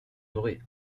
aurait